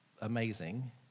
amazing